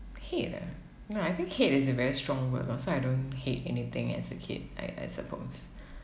hate ah no I think hate is a very strong word lor so I don't hate anything as a kid I I suppose